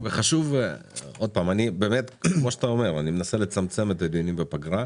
אני מנסה לצמצם את הדיונים בפגרה.